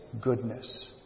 goodness